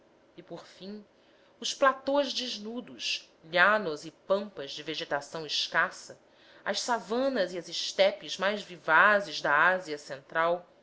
e por fim os platôs desnudos llanos e pampas de vegetação escassa as savanas e as estepes mais vivazes da ásia central